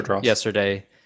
yesterday